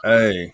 Hey